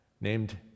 named